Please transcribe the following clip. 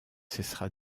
cessera